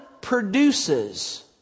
produces